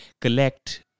collect